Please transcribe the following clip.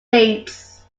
leads